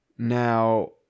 Now